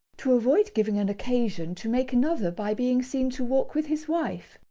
to avoid giving an occasion to make another by being seen to walk with his wife.